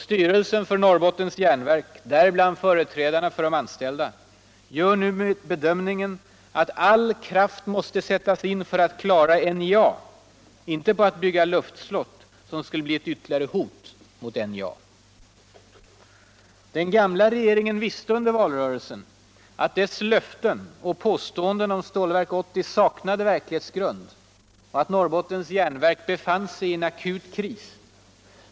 Styrelsen för Norrbottens Järnverk, däribland företrädarna för de anställda. gör nu bedömningen att all kraft måste sättas in på att klara NJA, inte på att bygga luftslott. som skulle bli ett ytterligare hot mot NJA. Den gamla regeringen visste under valrörelsen att dess löften och påståenden om Stålverk 80 saknade verklighetsgrund och att Norrbottens Järnverk befann sig i en akut kris.